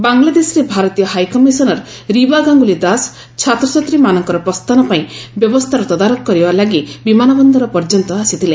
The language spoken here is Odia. ବାଂଲାଦେଶରେ ଭାରତୀୟ ହାଇକମିଶନ ରିବା ଗାଙ୍ଗୁଲି ଦାସ ଛାତ୍ରଛାତ୍ରୀମାନଙ୍କର ପ୍ରସ୍ଥାନ ପାଇଁ ବ୍ୟବସ୍ଥାର ତଦାରଖ କରିବା ପାଇଁ ବିମାନ ବନ୍ଦର ପର୍ଯ୍ୟନ୍ତ ଆସିଥିଲେ